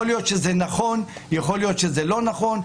יכול להיות שזה נכון, יכול להיות שזה לא נכון,